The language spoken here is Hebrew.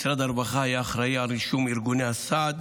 משרד הרווחה היה אחראי לרישום ארגוני הסעד